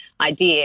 idea